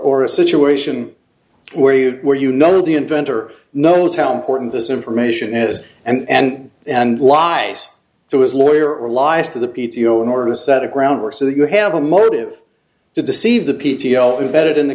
a situation where you where you know the inventor knows how important this information is and and lies to his lawyer or lies to the p t o in order to set a ground work so that you have a motive to deceive the p t o imbedded in the